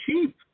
cheap